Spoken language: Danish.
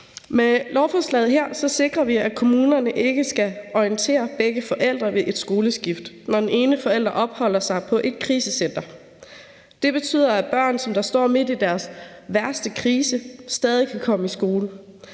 Med lovforslaget sikrer vi, at kommunerne ikke skal orientere begge forældre ved et skoleskift, når den ene forælder opholder sig på et krisecenter. Det betyder, at børn, som står midt i deres værste krise, stadig kan komme i skole,